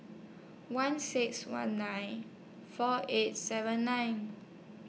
one six one nine four eight seven nine